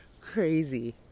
crazy